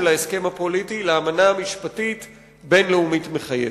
ההסכם הפוליטי לאמנה משפטית בין-לאומית מחייבת.